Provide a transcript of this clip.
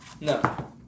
No